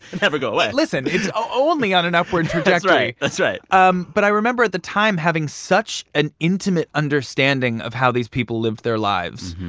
never go away listen. it's only on an upward trajectory that's right. that's right um but i remember at the time having such an intimate understanding of how these people lived their lives,